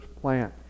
plant